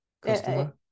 customer